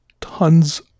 tons